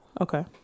Okay